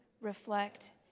reflect